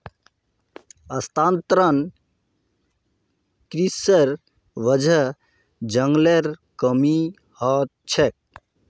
स्थानांतरण कृशिर वजह जंगलेर कमी ह छेक